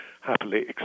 happily